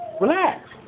Relax